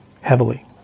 heavily